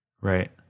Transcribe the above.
Right